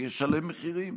ישלם מחירים,